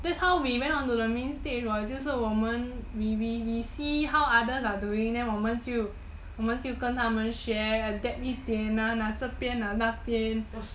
that's how we went onto the main stage [what] 就是我们 we we we see how others are doing then 我们就我们就跟他们学 adapt 一点啊拿着边拿那边